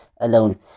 alone